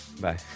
bye